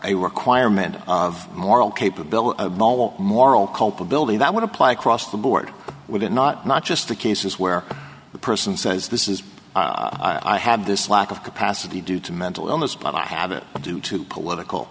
a requirement of moral capability moral culpability that would apply across the board would it not not just the cases where the person says this is i have this lack of capacity due to mental illness but i have it due to political